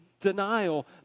denial